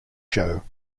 show